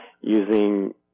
using